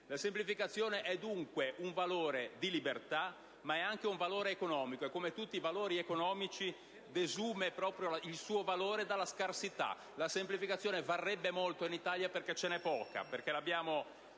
La semplificazione è dunque un valore di libertà, ma è anche un valore economico, e come tutti i valori economici desume proprio il suo valore dalla scarsità. La semplificazione varrebbe molto in Italia, perché ce n'è poca, perché l'abbiamo